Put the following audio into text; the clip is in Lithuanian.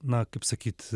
na kaip sakyt